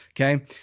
okay